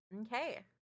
okay